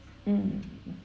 mm